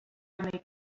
only